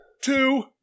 Two